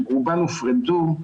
רובם הופרדו,